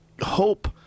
hope